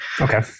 Okay